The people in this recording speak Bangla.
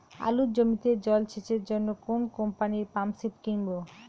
আলুর জমিতে জল সেচের জন্য কোন কোম্পানির পাম্পসেট কিনব?